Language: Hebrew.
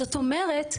זאת אומרת,